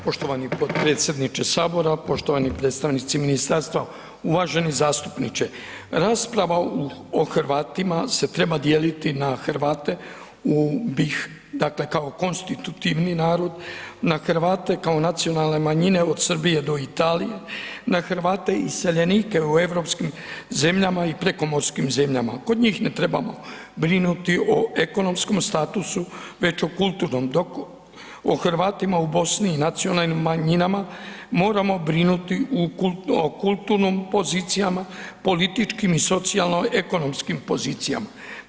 Poštovani potpredsjedniče HS, poštovani predstavnici ministarstva, uvaženi zastupniče, rasprava o Hrvatima se treba dijeliti na Hrvate u BiH, dakle, kao konstitutivni narod, na Hrvate kao nacionalne manjine od Srbije do Italije, na Hrvate iseljenike u europskim zemljama i prekomorskim zemljama, kod njih ne trebamo brinuti o ekonomskom statusu, već o kulturnom dok o Hrvatima u Bosni i nacionalnim manjinama moramo brinuti o kulturnim pozicijama, političkim i socijalno ekonomskim pozicijama.